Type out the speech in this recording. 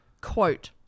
Quote